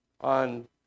on